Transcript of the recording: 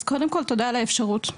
אז קודם כל תודה על האפשרות.